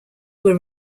were